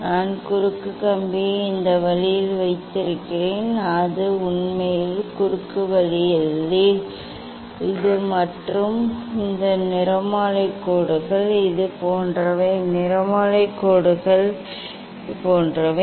நான் குறுக்கு கம்பியை இந்த வழியில் வைத்திருக்கிறேன் அது உண்மையில் குறுக்கு வழியில் இல்லை இது மற்றும் இந்த நிறமாலை கோடுகள் இது போன்றவை நிறமாலை கோடுகள் இது போன்றவை